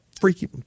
freaky